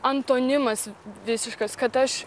antonimas visiškas kad aš